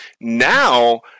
now